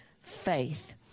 faith